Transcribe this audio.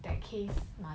that case